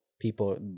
people